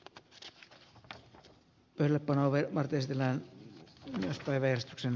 nyt pelätään olevan kysellään tai veistoksen